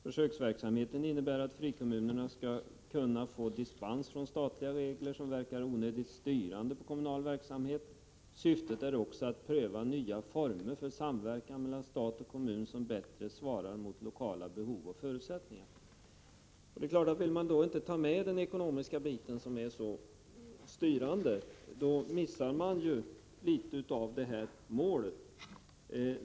Försöksverksamheten innebär att frikommuner skall kunna få dispens från statliga regler som verkar onödigt styrande på kommunverksamheten. Syftet är också att pröva nya former för samverkan mellan stat och kommun som bättre svarar mot lokala behov och förutsättningar. Vill man då inte ta med den ekonomiska delen, som är så styrande, missar man litet av målet.